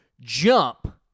jump